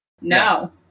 No